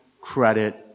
credit